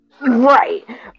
Right